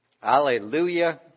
Hallelujah